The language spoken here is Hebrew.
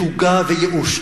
תוגה וייאוש.